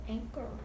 Anchor